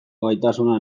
gaitasuna